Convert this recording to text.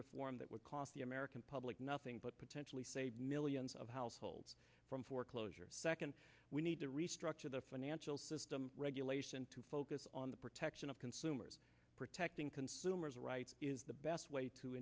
reform that would cost the american public nothing but potentially save millions of households from foreclosure second we need to restructure the financial system regulation to focus on the protection of consumers protecting consumers rights is the best way to